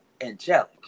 Angelic